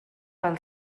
pel